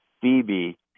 Phoebe